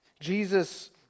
Jesus